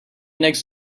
next